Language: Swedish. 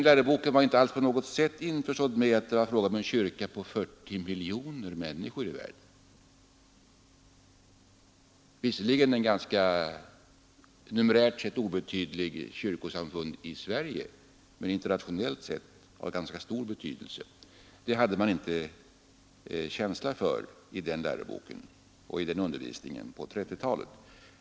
Läroboken var inte på något sätt införstådd med att det var fråga om en kyrka på 40 miljoner människor i världen — visserligen ett numerärt sett ganska obetydligt kyrkosamfund i Sverige men internationellt sett av ganska stor betydelse. Det hade man inte känsla för i den läroboken och i den undervisningen på 1930-talet.